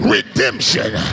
Redemption